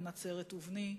בן נצרת ובני".